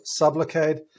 Sublocade